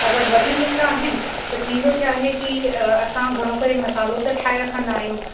अगरि वधी वेंदा आहिनि त थींदो छा आहे की असां घणो करे मसालो त ठाहे रखंदा आहियूं